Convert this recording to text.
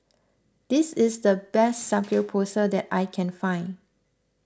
this is the best Samgeyopsal that I can find